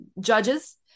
judges